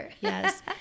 yes